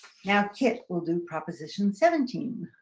yeah kit will do proposition seventeen.